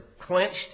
clenched